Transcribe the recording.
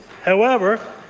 however,